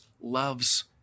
loves